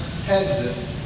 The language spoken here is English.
Texas